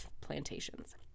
plantations